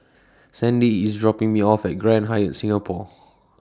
Sandie IS dropping Me off At Grand Hyatt Singapore